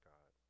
God